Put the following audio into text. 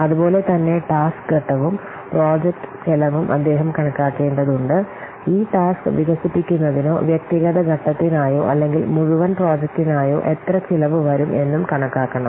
അതുപോലെ തന്നെ ടാസ്ക് ഘട്ടവും പ്രോജക്റ്റ് ചെലവും അദ്ദേഹം കണക്കാക്കേണ്ടതുണ്ട് ഈ ടാസ്ക് വികസിപ്പിക്കുന്നതിനോ വ്യക്തിഗത ഘട്ടത്തിനായോ അല്ലെങ്കിൽ മുഴുവൻ പ്രോജക്റ്റിനായോ എത്ര ചെലവ് വരും എന്നും കണക്കാക്കണം